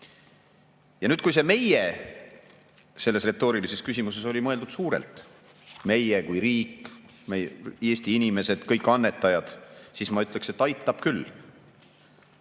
Ja nüüd, kui see "meie" selles retoorilises küsimuses oli mõeldud suurelt – meie kui riik, Eesti inimesed, kõik annetajad –, siis ma ütleksin, et aitab küll.